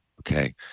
Okay